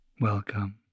Welcome